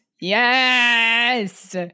Yes